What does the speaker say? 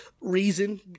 reason